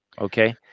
okay